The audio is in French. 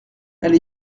elle